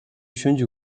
选举